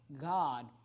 God